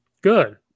Good